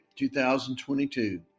2022